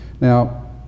Now